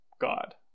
God